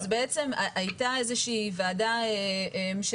אז בעצם הייתה איזה שהיא ועדה של